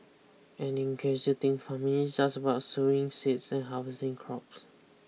and in case you think farming is just about sowing seeds and harvesting crops